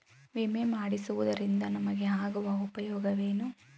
ವಿಮೆ ಮಾಡಿಸುವುದರಿಂದ ನಮಗೆ ಆಗುವ ಉಪಯೋಗವೇನು?